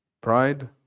pride